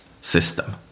system